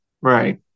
Right